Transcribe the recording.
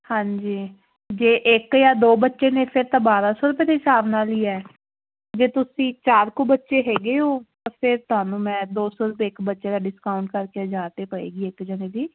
ਹਾਂਜੀ ਜੇ ਇੱਕ ਜਾਂ ਦੋ ਬੱਚੇ ਨੇ ਫਿਰ ਤਾਂ ਬਾਰਾਂ ਸੌ ਦੇ ਹਿਸਾਬ ਨਾਲ ਹੀ ਹੈ ਜੇ ਤੁਸੀਂ ਚਾਰ ਕੁ ਬੱਚੇ ਹੈਗੇ ਹੋ ਫਿਰ ਤੁਹਾਨੂੰ ਮੈਂ ਦੋ ਸੌ ਰੁਪਏ ਇੱਕ ਬੱਚੇ ਦਾ ਡਿਸਕਾਊਂਟ ਕਰਕੇ ਹਜ਼ਾਰ ਰੁਪਏ ਪਏਗੀ ਇੱਕ ਜਣੇ ਦੀ